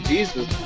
Jesus